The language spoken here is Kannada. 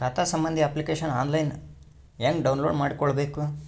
ಖಾತಾ ಸಂಬಂಧಿ ಅಪ್ಲಿಕೇಶನ್ ಆನ್ಲೈನ್ ಹೆಂಗ್ ಡೌನ್ಲೋಡ್ ಮಾಡಿಕೊಳ್ಳಬೇಕು?